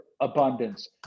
abundance